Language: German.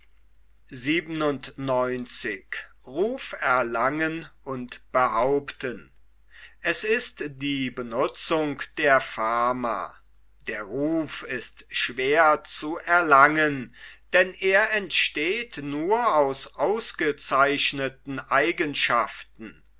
es ist die benutzung der fama der ruf ist schwer zu erlangen denn er entsteht nur aus ausgezeichneten eigenschaften